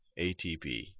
ATP